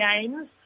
games